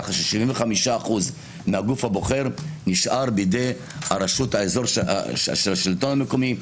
כך ש-75% מהגוף הבוחר נשאר בידי השלטון המקומי,